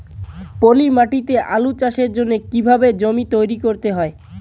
পলি মাটি তে আলু চাষের জন্যে কি কিভাবে জমি তৈরি করতে হয়?